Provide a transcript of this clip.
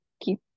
keep